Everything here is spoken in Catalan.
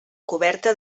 coberta